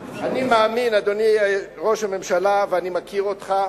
אני מאמין, אדוני ראש הממשלה, ואני מכיר אותך,